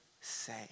say